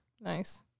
Nice